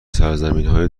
سرزمینای